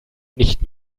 nicht